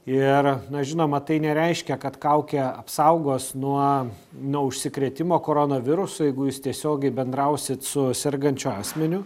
ir na žinoma tai nereiškia kad kaukė apsaugos nuo nuo užsikrėtimo koronavirusu jeigu jūs tiesiogiai bendrausit su sergančiu asmeniu